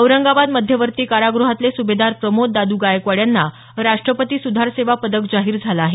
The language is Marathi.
औरंगाबाद मध्यवर्ती कारागृहातले सुभेदार प्रमोद दाद् गायकवाड यांना राष्ट्रपती सुधार सेवा पदक जाहीर झालं आहे